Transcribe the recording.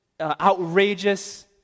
Outrageous